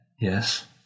Yes